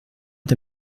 est